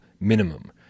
minimum